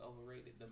overrated